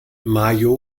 mayo